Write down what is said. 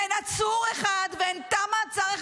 לא הושאר חבל.